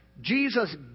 Jesus